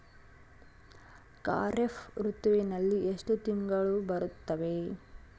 ಖಾರೇಫ್ ಋತುವಿನಲ್ಲಿ ಎಷ್ಟು ತಿಂಗಳು ಬರುತ್ತವೆ?